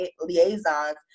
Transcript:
liaisons